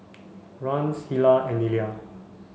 Rance Hilah and Nelia